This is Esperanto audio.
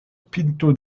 pinto